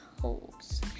holes